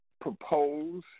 propose